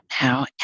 now